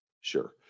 sure